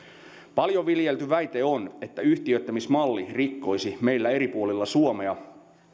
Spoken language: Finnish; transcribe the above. paljon viljelty väite on että yhtiöittämismalli rikkoisi meillä eri puolilla suomea